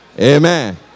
amen